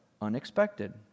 unexpected